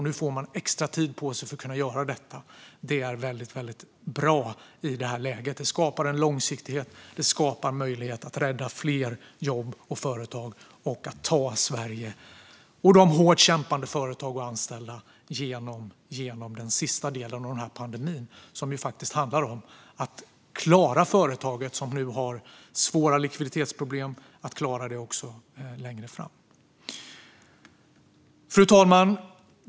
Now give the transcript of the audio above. Nu får de extra tid på sig för att kunna göra detta. Det är väldigt bra. Det skapar en långsiktighet, och det gör det möjligt att rädda fler jobb och företag och att ta Sverige och de hårt kämpande företagen och anställda genom den sista delen av pandemin. Det handlar ju om att få företag som nu har svåra likviditetsproblem att klara sig längre fram. Fru talman!